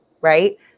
right